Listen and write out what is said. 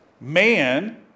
man